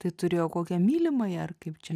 tai turėjo kokią mylimąją ar kaip čia